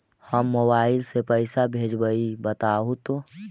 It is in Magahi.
हम मोबाईल से पईसा भेजबई बताहु तो?